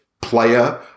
player